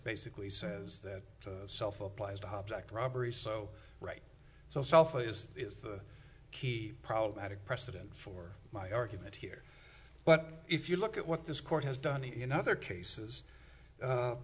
basically says that self applies to object robbery so right so self is the key problematic precedent for my argument here but if you look at what this court has done in other cases